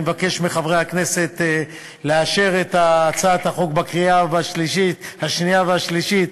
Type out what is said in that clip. אני מבקש מחברי הכנסת לאשר את הצעת החוק בקריאה שנייה ושלישית,